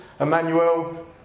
Emmanuel